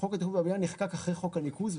שחוק התכנון והבנייה נחקק אחרי חוק הניקוז,